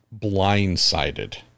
blindsided